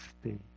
stay